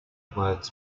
words